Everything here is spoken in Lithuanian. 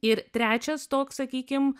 ir trečias toks sakykim